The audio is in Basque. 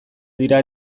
dira